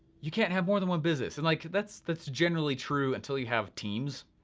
you can't have more than one business. and like, that's that's generally true, until you have teams.